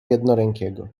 jednorękiego